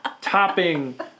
Topping